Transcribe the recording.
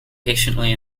patiently